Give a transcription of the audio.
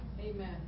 amen